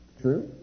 True